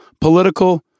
Political